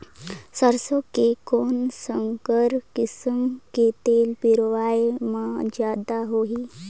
सरसो के कौन संकर किसम मे तेल पेरावाय म जादा होही?